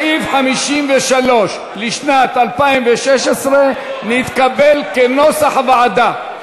סעיף 53 לשנת 2016 נתקבל כנוסח הוועדה.